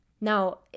Now